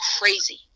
crazy